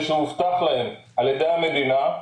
ושהובטח להן על-ידי המדינה,